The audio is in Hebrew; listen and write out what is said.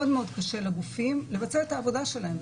מאוד מאוד קשה לגופים לבצע את העבודה שלהם.